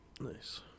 Nice